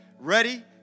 Ready